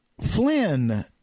Flynn